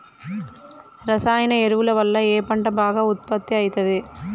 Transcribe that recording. రసాయన ఎరువుల వల్ల ఏ పంట బాగా ఉత్పత్తి అయితది?